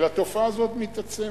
אלא התופעה הזאת מתעצמת.